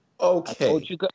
Okay